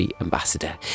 Ambassador